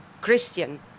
Christian